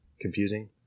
confusing